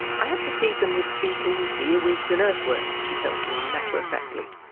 i have to feed them with beetles, earwigs and earthworms, she tells me matter-of-factly.